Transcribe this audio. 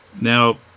now